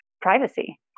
privacy